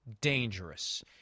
dangerous